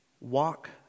walk